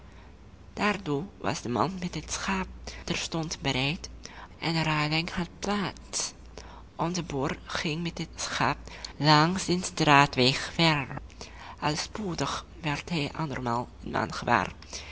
daartoe was de man met het schaap terstond bereid en de ruiling had plaats onze boer ging met het schaap langs den straatweg verder al spoedig werd hij andermaal